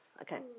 Okay